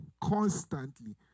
constantly